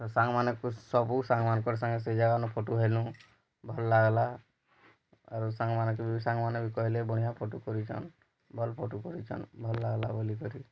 ସାଙ୍ଗମାନେ ସବୁ ସାଙ୍ଗ ମାନକର୍ ସାଙ୍ଗେ ସେ ଜାଗାନୁ ଫଟୁ ହେଲୁ ଭଲ୍ ଲାଗଲା ଆରୁ ସାଙ୍ଗ ମାନକେ ବି ସାଙ୍ଗ ମାନେ ବି କହିଲେ ବଢ଼ିଆ ଫଟୁ କରିଛନ୍ ଭଲ୍ ଫଟୁ କରିଛନ୍ ଭଲ୍ ଲାଗଲା ବୋଲି କରି